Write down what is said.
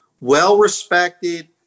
Well-respected